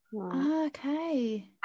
okay